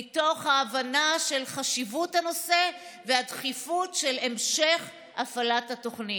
מתוך הבנה של חשיבות הנושא והדחיפות של המשך הפעלת התוכנית.